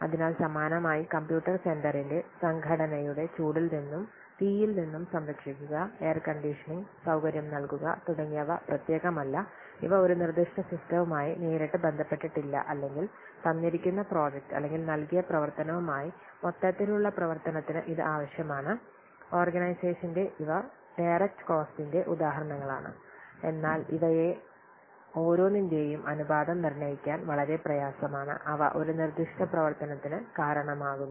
അതിനാൽ സമാനമായി കമ്പ്യൂട്ടർ സെന്ററിനെ സംഘടനയുടെ ചൂടിൽ നിന്നും തീയിൽ നിന്നും സംരക്ഷിക്കുക എയർ കണ്ടീഷനിംഗ് സൌകര്യം നൽകുക തുടങ്ങിയവ പ്രത്യേകമല്ല ഇവ ഒരു നിർദ്ദിഷ്ട സിസ്റ്റവുമായി നേരിട്ട് ബന്ധപ്പെട്ടിട്ടില്ല അല്ലെങ്കിൽ തന്നിരിക്കുന്ന പ്രോജക്റ്റ് അല്ലെങ്കിൽ നൽകിയ പ്രവർത്തനവുമായി മൊത്തത്തിലുള്ള പ്രവർത്തനത്തിന് ഇത് ആവശ്യമാണ് ഓർഗനൈസേഷന്റെ ഇവ ഇൻഡയറക്റ്റ് കോസ്റ്റിന്റെ ഉദാഹരണങ്ങളാണ് എന്നാൽ ഇവയിൽ ഓരോന്നിന്റെയും അനുപാതം നിർണ്ണയിക്കാൻ വളരെ പ്രയാസമാണ് അവ ഒരു നിർദ്ദിഷ്ട പ്രവർത്തനത്തിന് കാരണമാകുന്നു